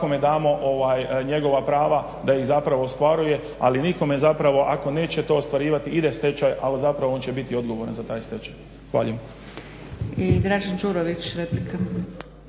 Hvala i vama.